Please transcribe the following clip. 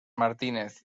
martínez